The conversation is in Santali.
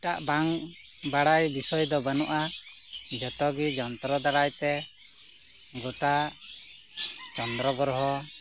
ᱮᱴᱟᱜ ᱵᱟᱝ ᱵᱟᱲᱟᱭ ᱥᱟᱛᱟᱢ ᱫᱚ ᱵᱟᱹᱱᱩᱜᱼᱟ ᱡᱚᱛᱚ ᱜᱮ ᱡᱚᱱᱛᱚ ᱫᱟᱨᱟᱭ ᱛᱮ ᱜᱚᱴᱟ ᱪᱚᱱᱫᱨᱚ ᱜᱨᱚᱦᱚ